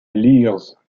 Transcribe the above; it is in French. leers